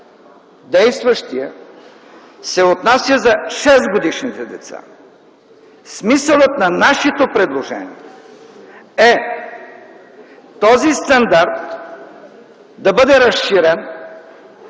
стандарт се отнася за 6-годишните деца. Смисълът на нашето предложение е този стандарт да бъде разширен